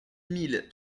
mille